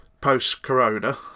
post-corona